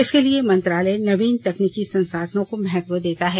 इसके लिए मंत्रालय नवीन तकनीकी संसाधनों को महत्व देता है